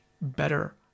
better